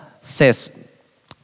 says